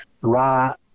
right